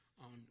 on